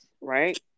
right